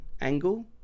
angle